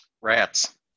Rats